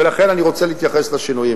ולכן אני רוצה להתייחס לשינויים.